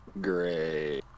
Great